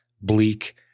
bleak